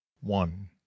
one